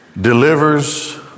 delivers